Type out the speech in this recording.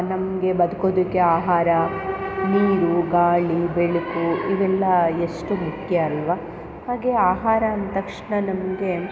ನಮಗೆ ಬದ್ಕೋದಕ್ಕೆ ಆಹಾರ ನೀರು ಗಾಳಿ ಬೆಳಕು ಇವೆಲ್ಲಾ ಎಷ್ಟು ಮುಖ್ಯ ಅಲ್ವಾ ಹಾಗೇ ಆಹಾರ ಅಂದ ತಕ್ಷಣ ನಮಗೆ